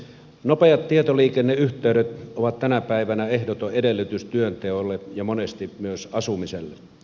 nopeat tietoliikenneyhteydet ovat tänä päivänä ehdoton edellytys työnteolle ja monesti myös asumiselle